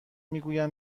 میگویند